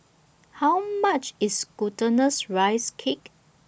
How much IS Glutinous Rice Cake